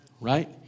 Right